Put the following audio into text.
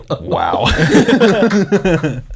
Wow